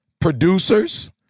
producers